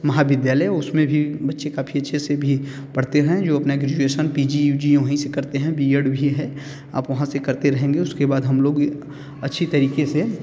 महाविद्यालय उस में भी बच्चे काफ़ी अच्छे से भी पढ़ते हैं जो अपना graduation P G U G वहीं से करते हैं बि एड भी है आप वहाँ से करते रहेंगे उसके बाद हम लोग अच्छे तरीक़े से